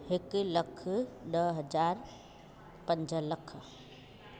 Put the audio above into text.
हिकु लख ॾह हज़ार पंज लख